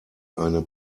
eine